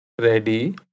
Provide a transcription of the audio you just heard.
ready